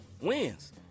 wins